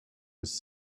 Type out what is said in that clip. was